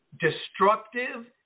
destructive